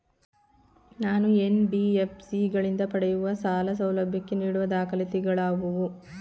ನಾನು ಎನ್.ಬಿ.ಎಫ್.ಸಿ ಗಳಿಂದ ಪಡೆಯುವ ಸಾಲ ಸೌಲಭ್ಯಕ್ಕೆ ನೀಡುವ ದಾಖಲಾತಿಗಳಾವವು?